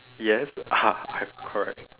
yes !huh! I'm correct